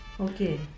Okay